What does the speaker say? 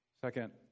second